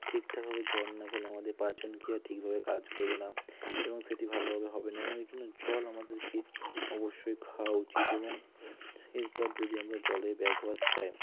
ঠিকঠাকভাবে জল না খেলে আমাদের পাচন ক্রিয়া ঠিকভাবে কাজ করবে না এবং সেটি ভালোভাবে হবে না এবং জল আমাদেরকে অবশ্যই খাওয়া উচিত এবং এরপর যদি আমরা জলের ব্যবহার চাই